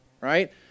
right